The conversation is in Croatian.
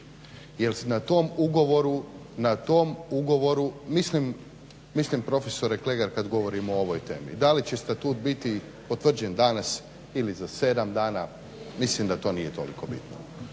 Jer na tom ugovoru mislim profesore Kregar kad govorimo o ovoj temi da li će Statut biti potvrđen danas ili za sedam dana mislim da to nije toliko bitno.